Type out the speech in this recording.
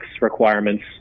requirements